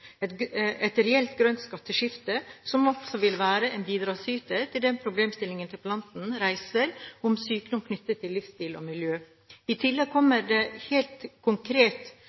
Et reelt grønt skatteskifte vil også være en bidragsyter til den problemstillingen interpellanten reiser, om sykdom knyttet til livsstil og miljø. I tillegg kommer det helt